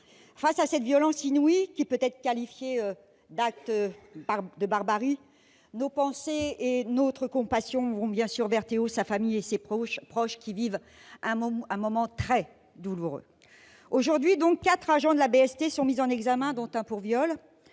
Face à cette violence inouïe, qui peut être qualifiée d'acte de barbarie, nos pensées et notre compassion vont bien sûr vers Théo, sa famille et ses proches, qui vivent un moment très douloureux. Aujourd'hui, quatre agents de la brigade spécialisée de terrain,